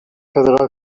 quedarà